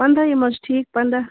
پنٛدہٲیِم حظ چھِ ٹھیٖک پنٛداہ